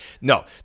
No